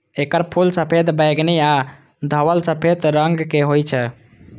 एकर फूल सफेद, बैंगनी आ धवल सफेद रंगक होइ छै